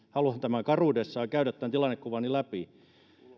haluan käydä tämän tilannekuvan karuudessaan läpi